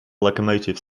locomotive